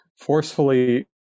forcefully